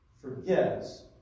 forgets